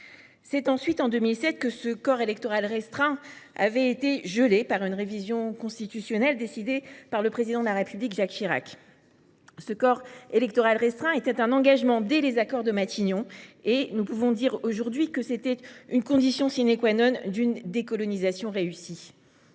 C’est en 2007 que ce corps électoral restreint a été gelé par une révision constitutionnelle décidée par le Président de la République Jacques Chirac. Le corps électoral restreint était un engagement pris dès les accords de Matignon ; nous pouvons d’ailleurs dire aujourd’hui que c’était la condition d’une décolonisation réussie.